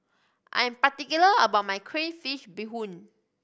I'm particular about my crayfish beehoon